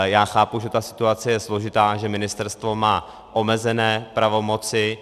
Já chápu, že ta situace je složitá a že ministerstvo má omezené pravomoci.